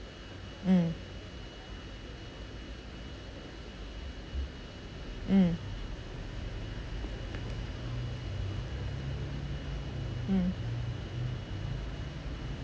mm mm mm